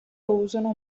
usano